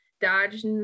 dodged